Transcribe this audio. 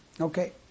Okay